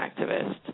activist